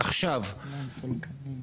היום,